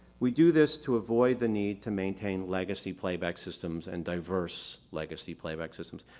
we do this to avoid the need to maintain legacy playback systems and diverse legacy playback systems.